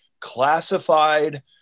classified